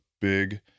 big